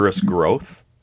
growth